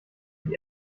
ich